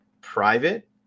private